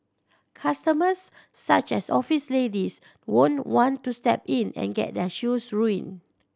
customers such as office ladies won't want to step in and get their shoes ruined